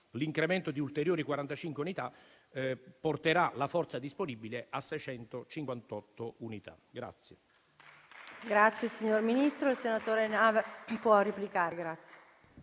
l'incremento di ulteriori 45 unità porterà la forza disponibile a 658 unità.